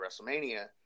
WrestleMania